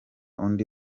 undi